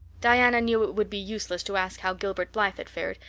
diana knew it would be useless to ask how gilbert blythe had fared,